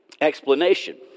explanation